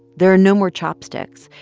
there are no more chopsticks.